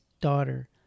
daughter